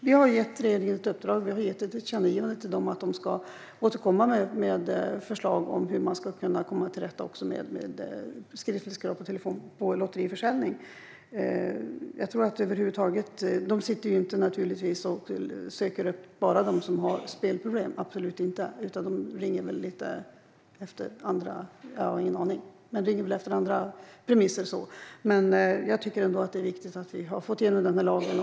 Vi har gett regeringen ett uppdrag och gjort ett tillkännagivande till dem att de ska återkomma med förslag om hur man ska komma till rätta med skriftlighetskrav också vid telefonförsäljning av lotter. Försäljarna söker naturligtvis inte upp bara dem som har spelproblem, absolut inte. De ringer väl efter andra premisser; jag har ingen aning. Men jag tycker ändå att det är viktigt att vi har fått igenom den här lagen.